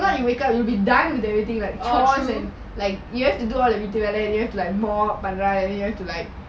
not you wake up you will be done with everything like chores and like you have to do all the வீடு வெளை:veetu vella and you have like mop பண்ணறேன்:pannaran you have to like